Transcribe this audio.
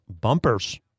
bumpers